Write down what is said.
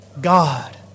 God